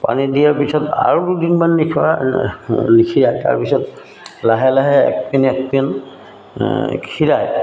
পানীত দিয়াৰ পিছত আৰু দুদিনমান নিখীৰাই নিখীৰাই তাৰপিছত লাহে লাহে এক টিন এক টিন খীৰাই